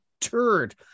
turd